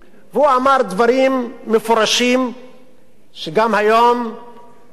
והוא אמר דברים מפורשים שגם היום לא